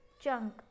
Chunk